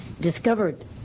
discovered